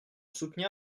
soutenir